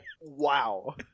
wow